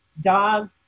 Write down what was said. dogs